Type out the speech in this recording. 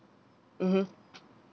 mmhmm